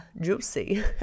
juicy